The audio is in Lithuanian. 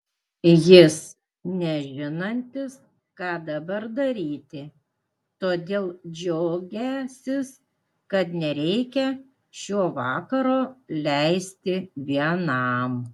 jis nežinantis ką dabar daryti todėl džiaugiąsis kad nereikią šio vakaro leisti vienam